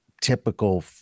typical